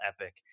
epic